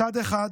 מצד אחד,